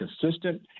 consistent